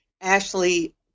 Ashley